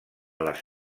les